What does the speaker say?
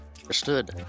Understood